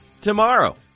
tomorrow